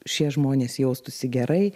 šie žmonės jaustųsi gerai